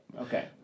Okay